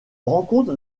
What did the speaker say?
rencontre